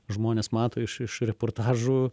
žmonės mato iš iš reportažų